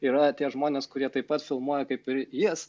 yra tie žmonės kurie taip pat filmuoja kaip ir jis